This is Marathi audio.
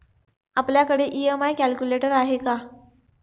आपल्याकडे ई.एम.आय कॅल्क्युलेटर आहे का?